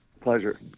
Pleasure